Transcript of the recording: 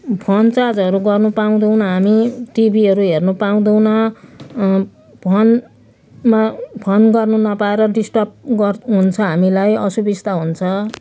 phone चार्जहरू गर्नु पाउँदैनौँ हामी टिभीहरू हेर्नु पाउँदैनौँ फोन फोन गर्नु नपाएर डिस्टर्ब हुन्छ हामीलाई असुबिस्ता हुन्छ